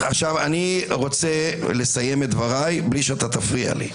אני רוצה לסיים את דברי בלי שאתה תפריע לי.